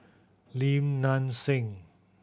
Lim Nang Seng